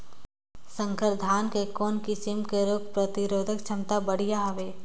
संकर धान के कौन किसम मे रोग प्रतिरोधक क्षमता बढ़िया हवे?